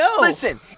listen